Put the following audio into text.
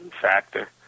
factor